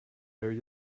very